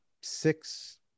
six